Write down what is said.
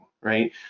Right